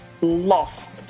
lost